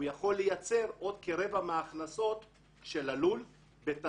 הוא יכול לייצר עוד כרגע מההכנסות של הלול כאשר